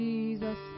Jesus